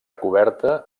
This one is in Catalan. coberta